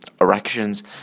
erections